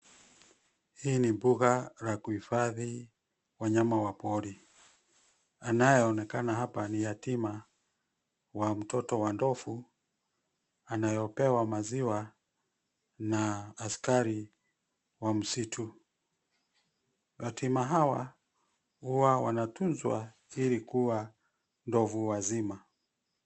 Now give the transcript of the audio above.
Hii ni mbuga la kuhifadhi wanyama wa pori. Anayeonekana hapa ni yatima wa mtoto wa ndovu anayepewa maziwa na askari wa msitu. Yatima hawa huwa wanatunzwa ili kuwa ndovu wazima.